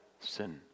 sin